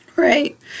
Right